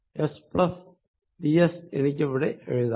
S plus D S എനിക്കിവിടെ എഴുതാം